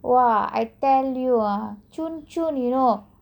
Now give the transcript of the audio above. !wah! I tell you ah chun chun you know